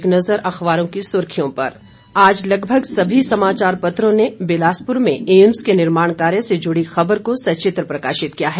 एक नज़र अखबारों की सुर्खियों पर आज लगभग सभी समाचार पत्रों ने बिलासपुर में एम्स के निर्माण कार्य से जुड़ी खबर को सचित्र प्रकाशित किया हैं